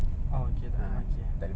oh okay tak boleh maki